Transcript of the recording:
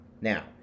now